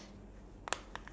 nine